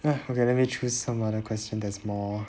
!hais! okay let me choose some other question that is more